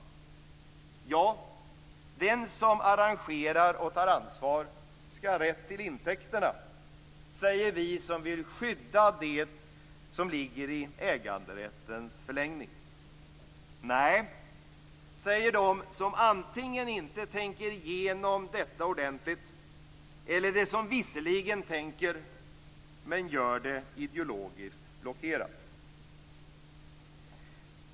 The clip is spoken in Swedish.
Ja, den som arrangerar och tar ansvar skall ha rätt till intäkterna, säger vi som vill skydda det som ligger i äganderättens förlängning. Nej, säger de som antingen inte tänker igenom detta ordentligt eller som visserligen tänker efter men som gör det ideologiskt blockerade.